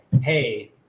Hey